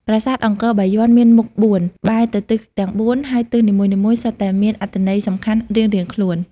ប្រាសាទអង្គរបាយ័នមានមុខបួនបែរទៅទិសទាំងបួន ហើយទិសនីមួយៗសុទ្ធតែមានអត្ថន័យសំខាន់រៀងៗខ្លួន។